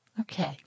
Okay